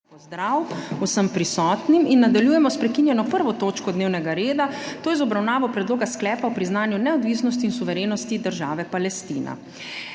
pozdrav vsem prisotnim! In nadaljujemo s **prekinjeno 1. točko dnevnega reda - predlog sklepa o priznanju neodvisnosti in suverenosti države Palestina.**